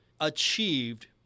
achieved